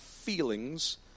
feelings